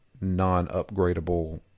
non-upgradable